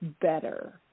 better